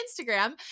Instagram